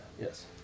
Yes